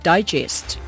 Digest